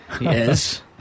Yes